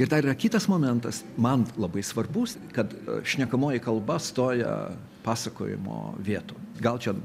ir dar yra kitas momentas man labai svarbus kad šnekamoji kalba stoja pasakojimo vieton gal čia